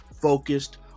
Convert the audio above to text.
focused